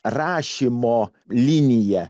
rašymo linija